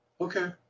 Okay